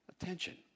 attention